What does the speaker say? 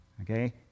Okay